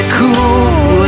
cool